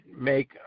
make